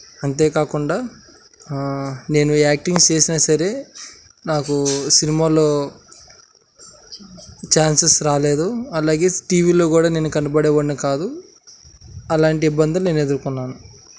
అంతేకాకుండా నేను యాక్టింగ్ చేసినా సరే నాకు సినిమాల్లో ఛాన్సెస్ రాలేదు అలాగే టీ వీల్లో కూడా నేను కనబడే వాడిని కాదు అలాంటి ఇబ్బందులు నేను ఎదురుకున్నాను